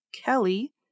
Kelly